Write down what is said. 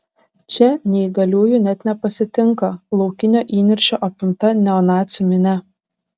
čia neįgaliųjų net nepasitinka laukinio įniršio apimta neonacių minia